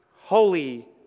Holy